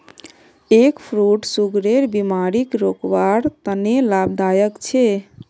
egg fruit सुगरेर बिमारीक रोकवार तने लाभदायक छे